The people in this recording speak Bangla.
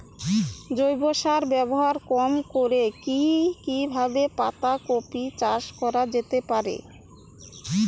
জৈব সার ব্যবহার কম করে কি কিভাবে পাতা কপি চাষ করা যেতে পারে?